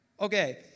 okay